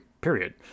period